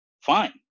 fine